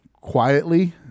quietly